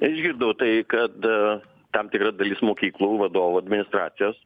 išgirdau tai kad tam tikra dalis mokyklų vadovų administracijos